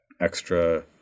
extra